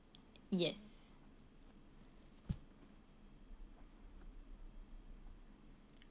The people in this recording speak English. yes